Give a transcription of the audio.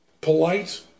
polite